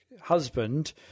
husband